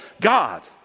God